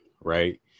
right